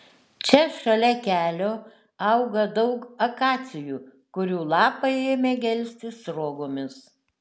čia šalia kelio auga daug akacijų kurių lapai ėmė gelsti sruogomis